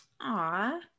Aw